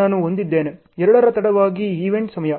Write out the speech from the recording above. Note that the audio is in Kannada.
ನಾನು ಹೊಂದಿದ್ದೇನೆ 2 ರ ತಡವಾದ ಈವೆಂಟ್ ಸಮಯ